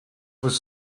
was